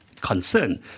concern